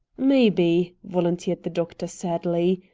maybe, volunteered the doctor sadly,